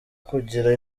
kugira